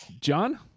John